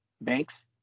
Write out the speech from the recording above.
banks